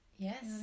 Yes